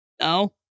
No